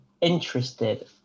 interested